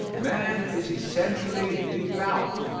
man is essentially devout.